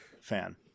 fan